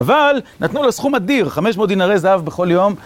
אבל נתנו לה סכום אדיר, 500 דינרי זהב בכל יום.